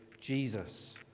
Jesus